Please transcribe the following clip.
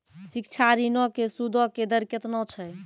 शिक्षा ऋणो के सूदो के दर केतना छै?